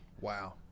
Wow